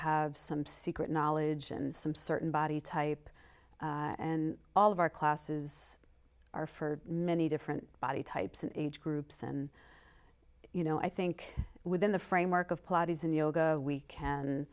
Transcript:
have some secret knowledge and some certain body type and all of our classes are for many different body types and age groups and you know i think within the framework of plot is in yoga we can